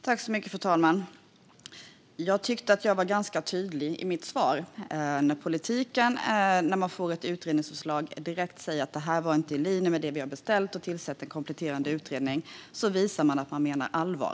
Fru talman! Jag tyckte att jag var ganska tydlig i mitt svar. När politiken direkt, när man får ett utredningsförslag, säger att detta inte var i linje med det man har beställt och tillsätter en kompletterande utredning visar man att man menar allvar.